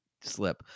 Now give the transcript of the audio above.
slip